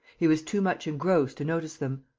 he was too much engrossed to notice them.